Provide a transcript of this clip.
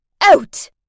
Out